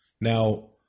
Now